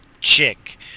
chick